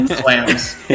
Clams